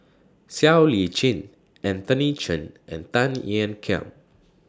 Siow Lee Chin Anthony Chen and Tan Ean Kiam